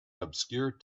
obscure